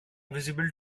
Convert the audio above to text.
visible